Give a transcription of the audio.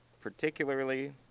particularly